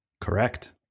Correct